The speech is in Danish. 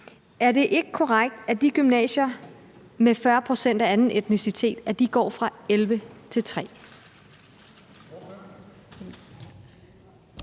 Er det ikke korrekt, at antallet af gymnasier med 40 pct. elever af anden etnicitet går fra 11 til 3?